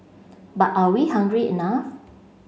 but are we hungry enough